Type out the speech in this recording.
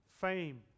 fame